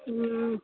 हुँ